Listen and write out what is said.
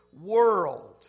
world